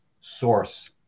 source